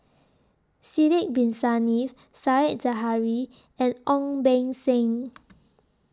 Sidek Bin Saniff Said Zahari and Ong Beng Seng